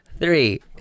Three